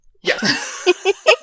Yes